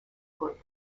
group